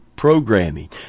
Programming